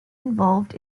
involved